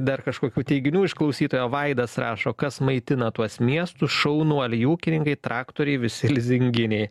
dar kažkokių teiginių iš klausytojo vaidas rašo kas maitina tuos miestus šaunuoliai ūkininkai traktoriai visi lizinginiai